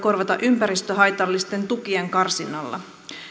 korvata ympäristöhaitallisten tukien karsinnalla